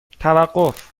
توقف